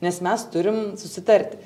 nes mes turim susitarti